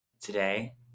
Today